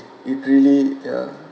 it really yeah